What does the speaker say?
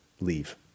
leave